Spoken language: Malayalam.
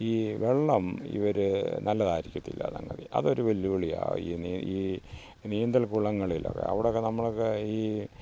ഈ വെള്ളം ഇവർ നല്ലതായിരിക്കത്തില്ല സംഗതി അതൊരു വെല്ലുവിളിയായി ഇനി ഈ ഈ നീന്തൽ കുളങ്ങളിൽ അവിടൊക്കെ നമ്മളൊക്കെ ഈ